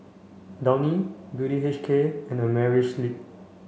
Downy Beauty U K and Amerisleep